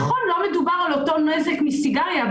זה נכון שלא מדובר על אותו נזק כמו מסיגריה רגילה,